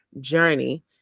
journey